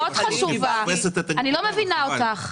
אני לא מבינה אותך.